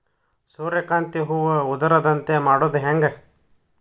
ಸೂರ್ಯಕಾಂತಿ ಹೂವ ಉದರದಂತೆ ಮಾಡುದ ಹೆಂಗ್?